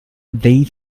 they